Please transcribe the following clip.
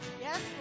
Yes